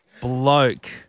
bloke